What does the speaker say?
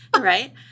Right